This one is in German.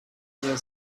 ihr